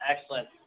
Excellent